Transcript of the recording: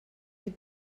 die